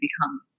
become